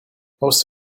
most